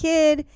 Kid